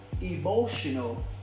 emotional